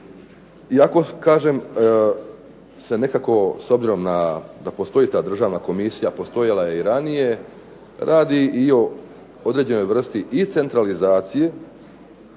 i iako kažem se nekako s obzirom da postoji ta Državna komisija, postojala je i ranije radi o nekakvoj vrsti centralizacije